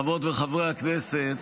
חברות וחברי הכנסת,